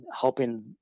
helping